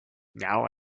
now